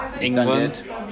England